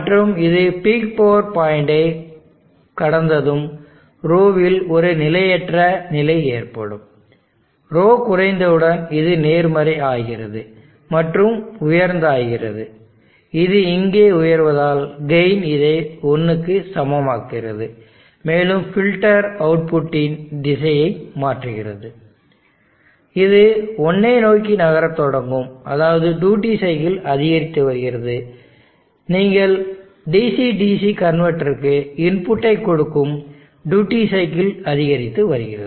மற்றும் இது peak power point ஐ கடந்ததும் ρ இல் ஒரு நிலையற்ற நிலை ஏற்படும் ρ குறைந்தவுடன் இது நேர்மறையாகிறது மற்றும் உயர்ந்ததாகிறது இது இங்கே உயர்வதால் கெயின் இதை 1 க்கு சமமாக்குகிறது மேலும் ஃபில்டர் அவுட்புட்டின் திசையை மாற்றுகிறது இது 1 ஐ நோக்கி நகரத் தொடங்கும் அதாவது டியூட்டி சைக்கிள் அதிகரித்து வருகிறது நீங்கள் DC DC கன்வெர்ட்டருக்கு இன்புட்டை கொடுக்கும் டியூட்டி சைக்கிள் அதிகரித்து வருகிறது